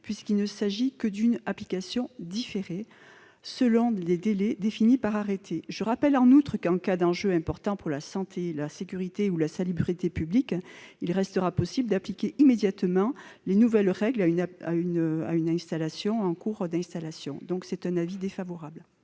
puisqu'il ne s'agit que d'une application différée selon des délais définis par arrêté. Je rappelle en outre que, en cas d'enjeux importants pour la santé, la sécurité ou la salubrité publiques, il restera possible d'appliquer immédiatement les nouvelles règles à une installation en cours. L'avis est donc défavorable